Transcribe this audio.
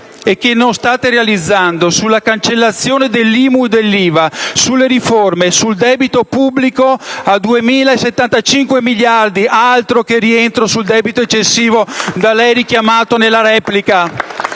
che non state realizzando: sulla cancellazione dell'IMU e dell'IVA, sulle riforme, sul debito pubblico a 2.075 miliardi - altro che rientro sul debito eccessivo da lei richiamato nella replica